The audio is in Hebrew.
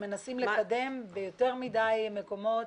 שמנסים לקדם ביותר מדי מקומות,